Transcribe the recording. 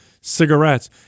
cigarettes